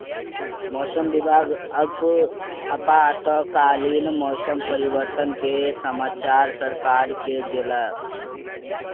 मौसम विभाग आपातकालीन मौसम परिवर्तन के समाचार सरकार के देलक